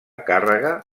càrrega